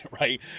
right